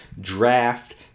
draft